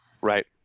Right